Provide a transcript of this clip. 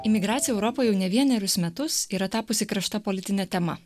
imigracija europoje jau ne vienerius metus yra tapusi krašta politine tema